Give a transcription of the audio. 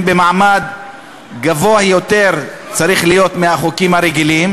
להיות במעמד גבוה יותר מהחוקים הרגילים,